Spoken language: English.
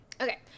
Okay